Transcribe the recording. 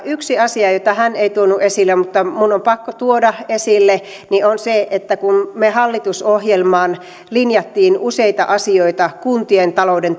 yksi asia jota hän ei tuonut esille mutta joka minun on pakko tuoda esille on se että kun me hallitusohjelmaan linjasimme useita asioita kuntien talouden